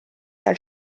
tal